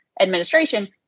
administration